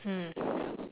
mm